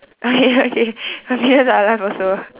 okay okay okay my pigeons are alive also